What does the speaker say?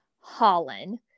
Holland